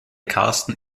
karsten